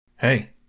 Hey